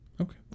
Okay